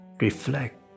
reflect